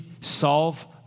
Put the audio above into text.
solve